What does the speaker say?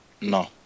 No